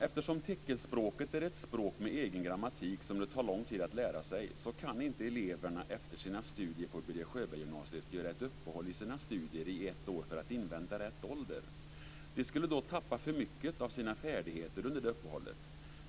Eftersom teckenspråket är ett språk med egen grammatik som det tar lång tid att lära sig kan inte eleverna efter sina studier på Birger Sjöberggymnasiet göra ett upphåll i sina studier i ett år för att invänta rätt ålder. De skulle tappa för mycket av sina färdigheter under det uppehållet.